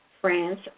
France